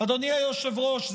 אדוני היושב-ראש?